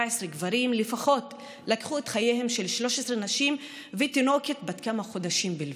גברים לפחות לקחו את חייהן של 13 נשים ותינוקת בת כמה חודשים בלבד.